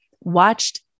watched